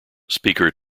speaker